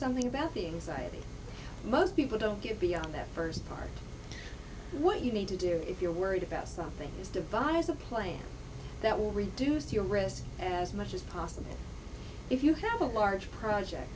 something about the inside most people don't get beyond that first part what you need to do if you're worried about something is devise a plan that will reduce your risk as much as possible if you have a large project